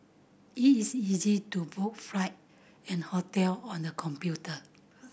it is easy to book flight and hotel on the computer